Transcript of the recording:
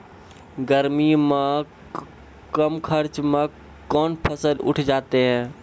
गर्मी मे कम खर्च मे कौन फसल उठ जाते हैं?